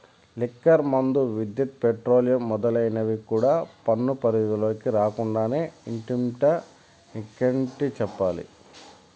liquor మందు, విద్యుత్, petroleum మొదలైనవి కూడా పన్ను పరిధిలోకి రాకుండానే ఇట్టుంటే ఇంకేటి చెప్పాలి